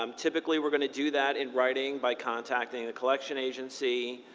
um typically we're going to do that in writing by contacting the collection agency.